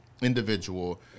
individual